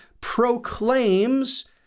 proclaims